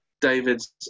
David's